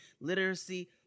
literacy